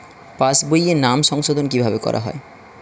পাশ বইয়ে নাম সংশোধন কিভাবে করা হয়?